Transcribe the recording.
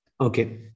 Okay